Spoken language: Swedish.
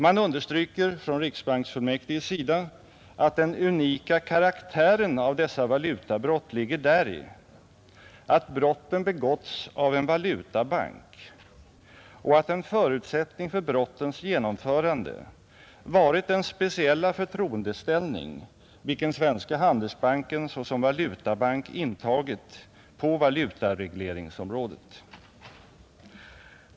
Man understryker från riksbanksfullmäktiges sida att den unika karaktären av dessa valutabrott ligger däri, att brotten begåtts av en valutabank och att en förutsättning för brottens genomförande varit den speciella förtroendeställning, vilken Svenska handelsbanken såsom valutabank intagit på valutaregleringsområdet.